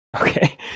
Okay